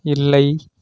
இல்லை